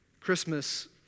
Christmas